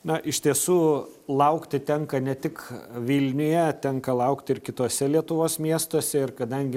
na iš tiesų laukti tenka ne tik vilniuje tenka laukti ir kituose lietuvos miestuose ir kadangi